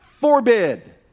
forbid